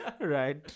Right